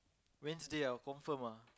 Wednesday ah confirm ah